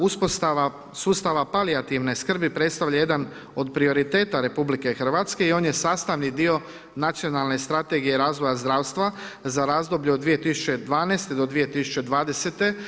Uspostava sustava palijativne skrbi predstavlja jedan od prioriteta Republike Hrvatske i on je sastavni dio Nacionalne strategije razvoja zdravstva za razdoblje od 2012. do 2020.